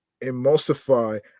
emulsify